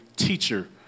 teacher